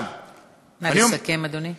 נא לסכם, אדוני.